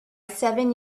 seven